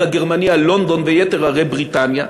הגרמני על לונדון ויתר ערי בריטניה,